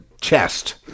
chest